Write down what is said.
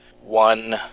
one